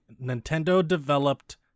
Nintendo-developed